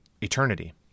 eternity